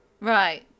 Right